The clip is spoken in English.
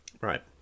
Right